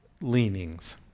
leanings